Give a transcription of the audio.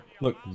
look